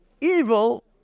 evil